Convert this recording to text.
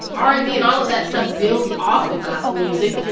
r and b and all of that stuff builds off of gospel music,